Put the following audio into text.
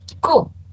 Cool